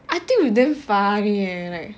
I think you damn funny leh like